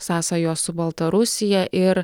sąsajos su baltarusija ir